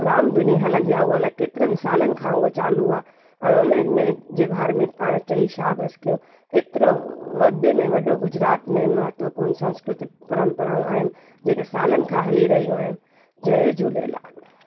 राम धुनी हलंदी आहे हू अलाही केतिरनि सालनि खां हू चालू आहे उन में जे बारे में पाण चई बसि छा कयूं एतिरो वॾे में वॾो गुजरात में महत्वपूर्ण संस्कृतिक परंपराऊं आहिनि जेके सालनि खां हली रहियूं आहिनि जय झूलेलाल